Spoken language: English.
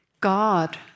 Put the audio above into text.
God